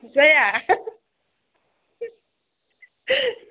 जाया